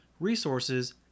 resources